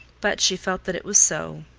but she felt that it was so,